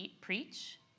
preach